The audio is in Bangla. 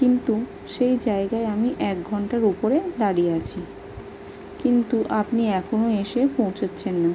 কিন্তু সেই জায়গায় আমি এক ঘন্টার ওপরে দাঁড়িয়ে আছি কিন্তু আপনি এখনও এসে পৌঁছচ্ছেন না